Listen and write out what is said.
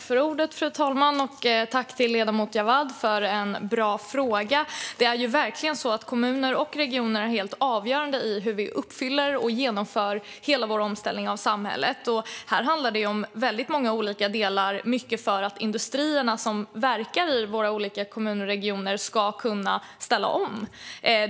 Fru talman! Jag tackar ledamoten Jawad för en bra fråga. Kommuner och regioner är verkligen helt avgörande i fråga om hur vi uppfyller och genomför hela vår omställning av samhället. Här handlar det om väldigt många olika delar, mycket för att de industrier som verkar i våra olika kommuner och regioner ska kunna ställa om.